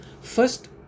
First